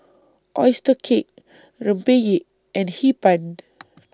Oyster Cake Rempeyek and Hee Pan